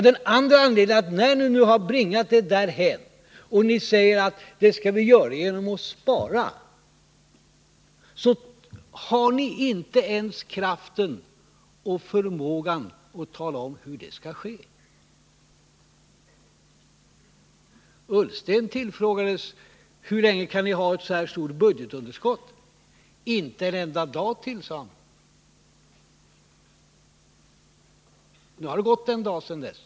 Den andra anledningen är att när ni nu bringat det hela därhän och säger att det nu gäller att spara, så har ni inte ens kraften och förmågan att tala om hur det skall ske. Ullsten tillfrågades: Hur länge kan ni ha ett så här stort budgetunderskott? Inte en enda dag till, sade han. Nu har det gått en dag sedan dess!